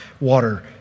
water